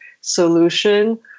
solution